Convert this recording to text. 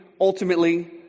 ultimately